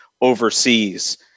overseas